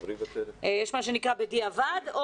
יש מה שנקרא בדיעבד.